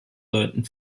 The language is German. sollten